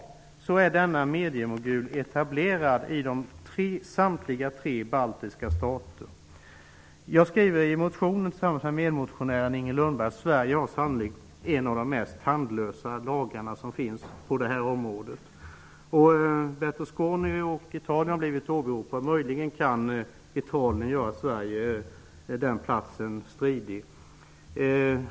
I dag är denna mediemogul etablerad i samtliga tre baltiska stater. Jag skriver i motionen tillsammans med medmotionär Inger Lundberg att Sverige sannolikt har en av de mest tandlösa lagar som finns på detta område. Man har här åberopat Silvio Berlusconi och Italien. Möjligen kan Italien göra Sverige platsen stridig.